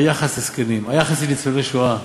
היחס לזקנים, היחס לניצולי שואה,